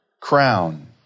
crown